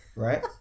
right